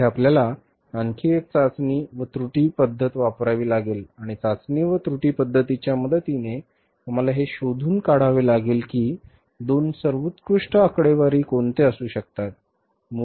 येथे आपल्याला आणखी एक चाचणी व त्रुटी पद्धत वापरावी लागेल आणि चाचणी व त्रुटी पध्दतीच्या मदतीने आम्हाला हे शोधून काढावे लागेल की दोन सर्वोत्कृष्ट आकडेवारी कोणत्या असू शकतात